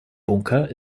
bunker